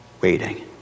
waiting